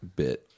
bit